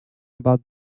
about